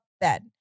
bed